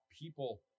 people